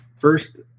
first